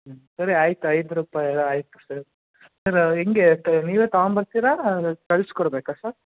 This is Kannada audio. ಹ್ಞೂ ಸರಿ ಆಯ್ತು ಐದು ರೂಪಾಯಿ ಆಯಿತು ಸರ್ ಸರ್ ಹೇಗೆ ಸರ್ ನೀವೇ ತಗೊಂಬರ್ತಿರಾ ಕಳ್ಸಿ ಕೊಡಬೇಕಾ ಸರ್